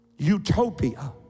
Utopia